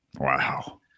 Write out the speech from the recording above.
Wow